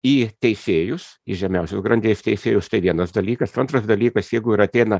į teisėjus į žemiausius grandies teisėjus tai vienas dalykas antras dalykas jeigu ir ateina